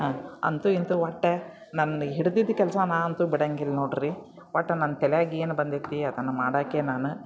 ಅಂತೂ ಇಂತೂ ಒಟ್ಟು ನನ್ನ ಹಿಡ್ದಿದ್ದ ಕೆಲಸ ನಾ ಅಂತೂ ಬಿಡಂಗಿಲ್ಲ ನೋಡಿರಿ ಒಟ್ಟು ನನ್ನ ತಲಿಯಾಗ ಏನು ಬಂದೈತಿ ಅದನ್ನು ಮಾಡಾಕೆ ನಾನು